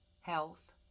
health